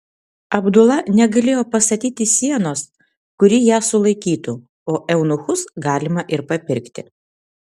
abdula negalėjo pastatyti sienos kuri ją sulaikytų o eunuchus galima ir papirkti